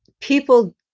People